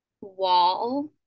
wall